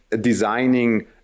designing